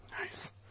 nice